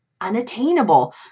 unattainable